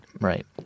right